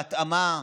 בהתאמה,